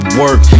work